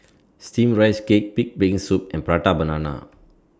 Steamed Rice Cake Pig'S Brain Soup and Prata Banana